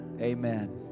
Amen